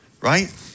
right